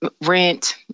rent